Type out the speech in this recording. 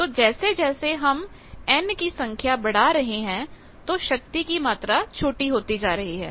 तो जैसे जैसे हम n की संख्या बढ़ा रहे हैं तो शक्ति की मात्रा छोटी होती जा रही है